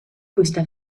costa